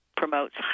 promotes